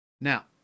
now